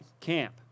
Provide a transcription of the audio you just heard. camp